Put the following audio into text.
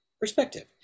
perspective